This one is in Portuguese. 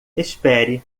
espere